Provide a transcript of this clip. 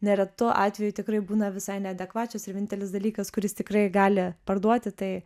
neretu atveju tikrai būna visai neadekvačios ir vienintelis dalykas kuris tikrai gali parduoti tai